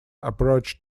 approach